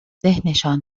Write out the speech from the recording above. ذهنشان